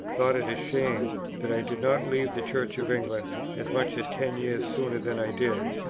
thought it a shame that i did not leave the church of england as much as ten years sooner than i did.